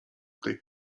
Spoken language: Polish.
tej